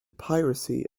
piracy